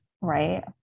Right